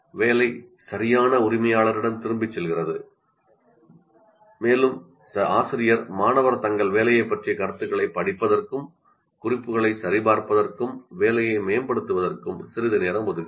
வேலை சரியான உரிமையாளரிடம் திரும்பிச் செல்கிறது மேலும் ஆசிரியர் தங்கள் வேலையைப் பற்றிய கருத்துகளைப் படிப்பதற்கும் குறிப்புகளைச் சரிபார்ப்பதற்கும் வேலையை மேம்படுத்துவதற்கும் சிறிது நேரம் ஒதுக்குகிறார்